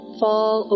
fall